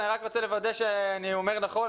אני רק רוצה לוודא שאני אומר נכון,